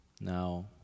Now